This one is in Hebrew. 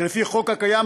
שלפי החוק הקיים